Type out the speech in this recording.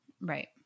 Right